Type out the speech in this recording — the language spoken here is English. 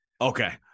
Okay